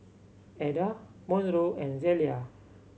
Adda Monroe and Zelia